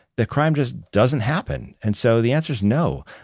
the crime just doesn't happen. and so the answer's no.